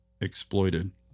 exploited